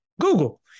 Google